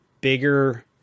bigger